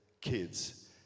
kids